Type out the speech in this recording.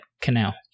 canal